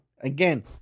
again